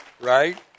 right